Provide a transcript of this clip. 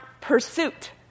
pursuit